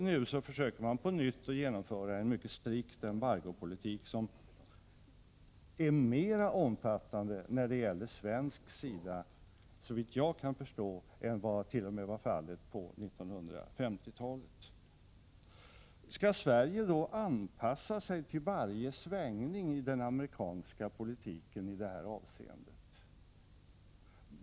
Nu försöker man på nytt genomföra en mycket strikt embargopolitik, som är mer omfattande när det gäller Sverige, såvitt jag kan förstå, än som var fallet t.o.m. på 1950-talet. Skall Sverige då anpassa sig till varje svängning i den amerikanska politiken i detta avseende?